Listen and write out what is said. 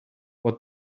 what